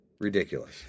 ridiculous